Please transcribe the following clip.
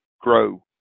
grow